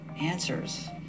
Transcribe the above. Answers